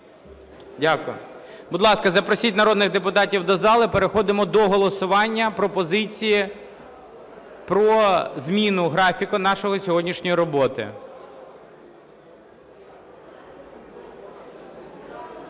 Дякую. Будь ласка, запросіть народних депутатів до зали, переходимо до голосування пропозиції про зміну графіка нашої сьогоднішньої роботи.